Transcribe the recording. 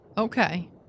Okay